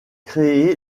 créé